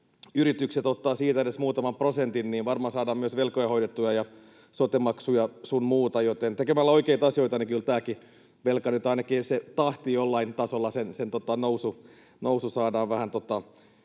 yritykset ottavat siitä edes muutaman prosentin, niin varmaan saadaan myös velkoja hoidettua ja sote-maksuja sun muuta. Joten tekemällä oikeita asioita kyllä tätä velkaakin, ainakin jollain tasolla sen nousun tahtia, saadaan vähän